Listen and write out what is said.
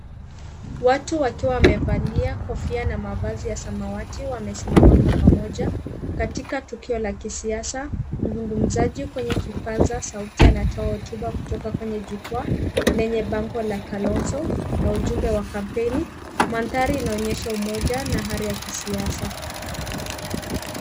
Watu wakiwa wamevalia kofia na mavazi ya samawati wamesimama kwa pamoja. Katika tukio la kisiasa, mzungumzaji kwenye kipaza sauti anatoa hotuba kutoka kwenye jukwaa lenye bango la Kalonzo na ujumbe wa campaign . Mandhari inaonyesha umoja na ari ya kisiasa.